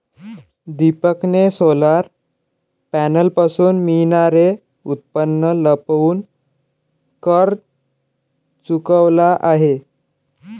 दीपकने सोलर पॅनलपासून मिळणारे उत्पन्न लपवून कर चुकवला आहे